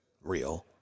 real